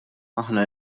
aħna